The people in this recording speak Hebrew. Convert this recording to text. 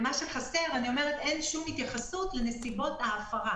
ההפרה הייתה בנסיבות מקלות,